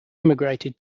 emigrated